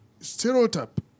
stereotype